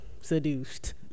seduced